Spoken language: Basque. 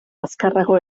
azkarrago